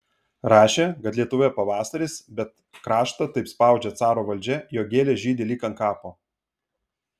rašė kad lietuvoje pavasaris bet kraštą taip spaudžia caro valdžia jog gėlės žydi lyg ant kapo